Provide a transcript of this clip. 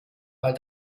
weil